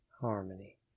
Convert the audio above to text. harmony